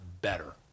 better